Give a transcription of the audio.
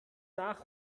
nach